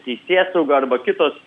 teisėsauga arba kitos